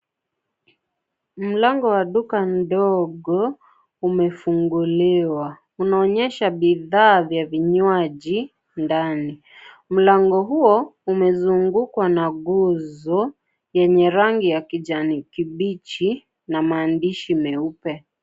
Mlango wa duka ndogo, umefunguliwa. Unaonyesha bidhaa vya vinywaji ndani. Mlango huo umezungukwa na guzo yenye rangi ya kijani kibichi na maandishi meupe.